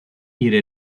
ihre